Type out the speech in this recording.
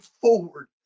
forward